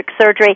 Surgery